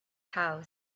house